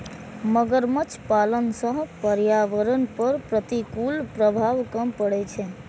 मगरमच्छ पालन सं पर्यावरण पर प्रतिकूल प्रभाव कम पड़ै छै